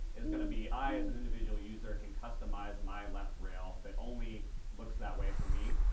is going to be i as an individual user can customize my left rail that only looks that way for me